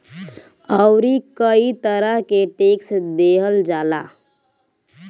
अउरी कई तरह के टेक्स देहल जाला